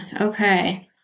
Okay